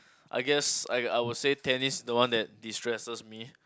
I guess I I would say tennis the one that destresses me